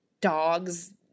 dogs